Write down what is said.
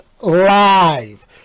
live